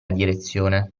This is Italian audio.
direzione